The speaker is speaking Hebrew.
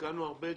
תיקנו הרבה דברים.